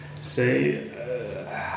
say